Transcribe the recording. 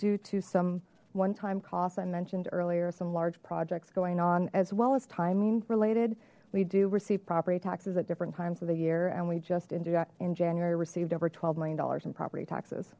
due to some one time costs i mentioned earlier some large projects going on as well as timing related we do receive property taxes at different times of the year and we just ended up in january received over twelve million dollars in property taxes